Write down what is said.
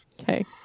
Okay